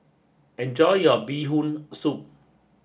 enjoy your Bee Hoon Soup